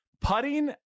putting